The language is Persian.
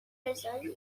بذاریم